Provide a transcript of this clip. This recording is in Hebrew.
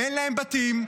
אין להם בתים?